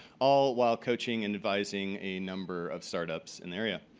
all while coaching and advising a number of startups in the area.